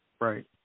Right